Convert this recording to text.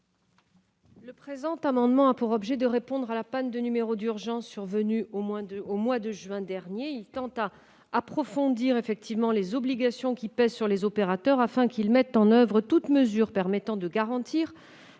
? Cet amendement a pour objet de répondre à la panne des numéros d'urgence survenue au mois de juin dernier. Il tend à approfondir les obligations qui pèsent sur les opérateurs afin qu'ils mettent en oeuvre toutes mesures permettant de garantir